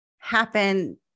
happen